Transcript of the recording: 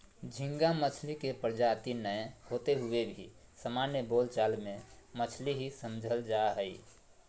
झींगा मछली के प्रजाति नै होते हुए भी सामान्य बोल चाल मे मछली ही समझल जा हई